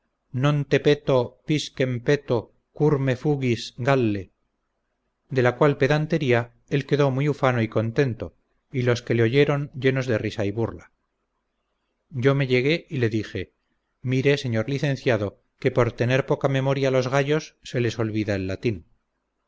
te peto piscem peto cur me fugis galle de la cual pedantería él quedó muy ufano y contento y los que le oyeron llenos de risa y burla yo me llegué y le dije mire señor licenciado que por tener poca memoria los gallos se les olvida el latín